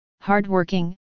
hardworking